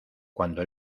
cuando